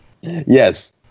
Yes